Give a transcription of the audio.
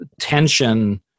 tension